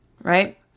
right